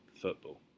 football